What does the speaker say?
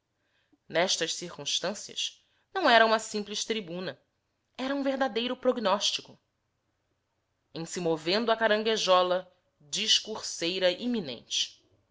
nestas circunstâncias não era uma simples tribuna era um verdadeiro prognóstico em se movendo a caranguejola discurseira iminente